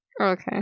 Okay